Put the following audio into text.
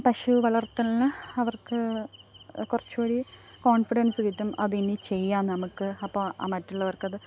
പശു വളര്ത്തലിന് അവര്ക്ക് കുറച്ചൂടി കോണ്ഫിഡന്സ് കിട്ടും അതിനി ചെയ്യാം നമുക്ക് അപ്പോൾ മറ്റുള്ളവര്ക്കത്